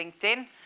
LinkedIn